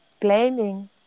blaming